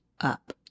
up